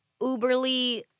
uberly